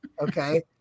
okay